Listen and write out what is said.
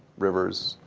rivers,